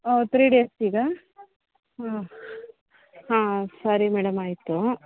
ಊಂ three ಡೇಸಿಗಾ ಹ್ಞೂ ಹಾಂ ಸರಿ ಮೇಡಮ್ ಆಯ್ತು